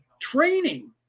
training